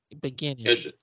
beginning